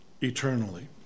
eternally